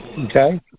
Okay